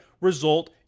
result